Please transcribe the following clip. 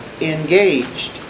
engaged